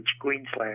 Queensland